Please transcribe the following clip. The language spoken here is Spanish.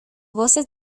voces